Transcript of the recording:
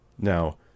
Now